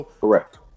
Correct